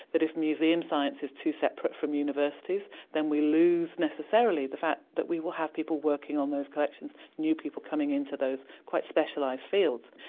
that if museum science is too separate from universities then we lose necessarily the fact that we will have people working on those collections, new people coming into those quite specialised fields.